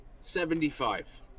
Seventy-five